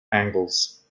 angles